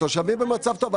התושבים במצב טוב.